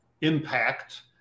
impact